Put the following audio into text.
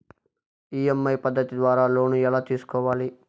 EMI పద్ధతి ద్వారా loan ఎలా తీసుకోవాలి